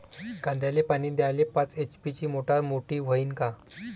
कांद्याले पानी द्याले पाच एच.पी ची मोटार मोटी व्हईन का?